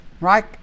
right